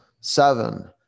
seven